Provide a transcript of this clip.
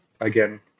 again